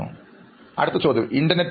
അഭിമുഖം നടത്തുന്നയാൾ ഇന്റർനെറ്റും